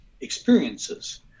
experiences